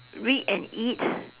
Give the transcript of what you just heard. read and eat